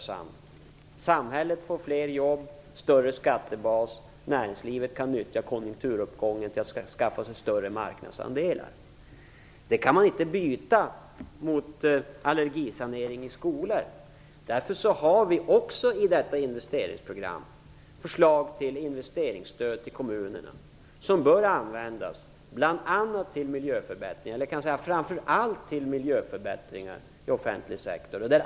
Samhället får fler jobb och en större skattebas. Näringslivet kan utnyttja konjunkturuppgången till att skaffa sig större marknadsandelar. Det kan man inte byta mot allergisanering i skolor. Därför har vi i detta investeringsprogram också förslag till investeringsstöd till kommunerna som framför allt bör användas till miljöförbättringar i offentlig sektor.